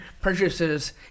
purchases